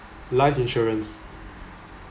life insurance